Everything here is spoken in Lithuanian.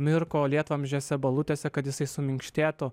mirko lietvamzdžiuose balutėse kad jisai suminkštėtų